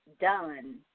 Done